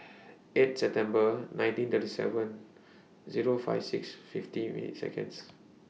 eight September nineteen thirty seven Zero five six fifteen minutes Seconds